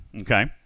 okay